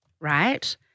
Right